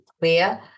clear